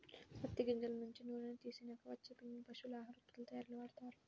పత్తి గింజల నుంచి నూనెని తీసినాక వచ్చే పిండిని పశువుల ఆహార ఉత్పత్తుల తయ్యారీలో వాడతారు